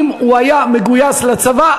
אם הוא היה מגויס לצבא,